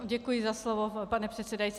Děkuji za slovo, pane předsedající.